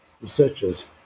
researchers